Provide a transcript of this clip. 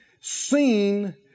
seen